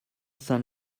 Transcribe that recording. saint